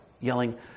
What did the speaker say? yelling